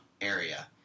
area